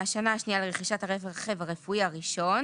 מהשנה השנייה לרכישת הרכב הרפואי הראשון